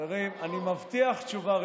דרך אגב,